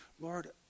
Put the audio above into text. Lord